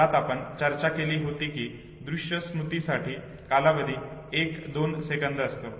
ज्यात आपण चर्चा केली होती की दृश्य स्मृतीसाठी कालावधी 1 2 सेकंद असतो